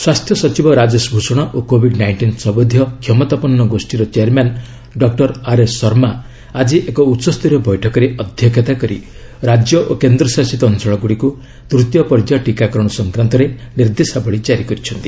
ସ୍ୱାସ୍ଥ୍ୟ ସଚିବ ରାଜେଶ ଭ୍ଷଣ ଓ କୋବିଡ୍ ନାଇଞ୍ଜିନ୍ ସମ୍ବନ୍ଧୀୟ କ୍ଷମତାପନ୍ ଗୋଷ୍ଠୀର ଚେୟାର୍ମ୍ୟାନ୍ ଡକୁର ଆର୍ଏସ୍ ଶର୍ମା ଆଜି ଏକ ଉଚ୍ଚସ୍ତରୀୟ ବୈଠକରେ ଅଧ୍ୟକ୍ଷତା କରି ରାଜ୍ୟ ଓ କେନ୍ଦ୍ରଶାସିତ ଅଞ୍ଚଳଗୁଡ଼ିକୁ ତୃତୀୟ ପର୍ଯ୍ୟାୟ ଟିକାକରଣ ସଂକ୍ରାନ୍ତରେ ନିର୍ଦ୍ଦେଶାବଳୀ ଜାରି କରିଛନ୍ତି